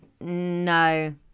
no